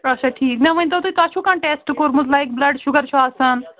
اَچھا ٹھیٖک مےٚ ؤنۍتو تُہۍ توہہِ چھُو کانٛہہ ٹیسٹہٕ کوٚرمُت لایک بُلڈ شُگر چھُ آسان